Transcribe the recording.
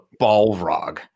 Balrog